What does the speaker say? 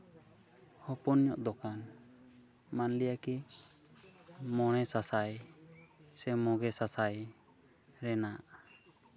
ᱦᱚᱯᱚᱱ ᱧᱚᱜ ᱫᱚᱠᱟᱱ ᱢᱟᱱᱞᱤᱭᱟ ᱠᱤ ᱢᱚᱬᱮ ᱥᱟᱥᱟᱭ ᱥᱮ ᱢᱚᱜᱮ ᱥᱟᱥᱟᱭ ᱨᱮᱱᱟᱜ